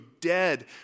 dead